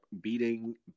beating